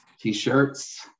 t-shirts